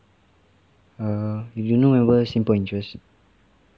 err you don't rememeber simple interest